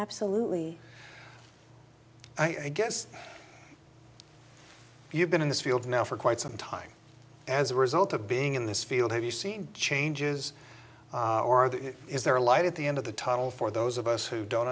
absolutely i guess you've been in this field now for quite some time as a result of being in this field have you seen changes or that is there a light at the end of the tunnel for those of us who don't